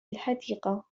الحديقة